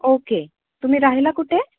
okay तुम्ही राहायला कुठे